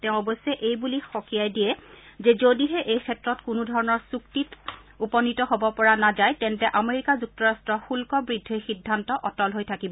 তেওঁ অৱশ্যে এই বুলি সঁকিয়াই দিয়ে যে যদিহে এইক্ষেত্ৰত কোনো ধৰণৰ চুক্তিত উপনীত হ'ব পৰা নাযায় তেন্তে আমেৰিকা যুক্তৰাট্ট শুহ্ব বৃদ্ধিৰ সিদ্ধান্ত অটল হৈ থাকিব